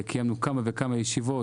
קיימנו כמה וכמה ישיבות,